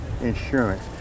insurance